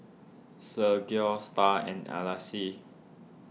Sergio Star and Alcide